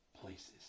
places